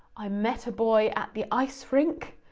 i met a boy at the ice rink,